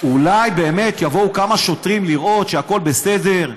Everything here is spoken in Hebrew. אולי באמת יבואו כמה שוטרים לראות שהכול בסדר?